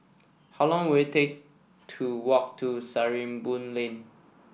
how long will it take to walk to Sarimbun Lane